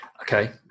Okay